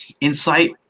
insight